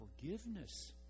forgiveness